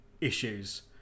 issues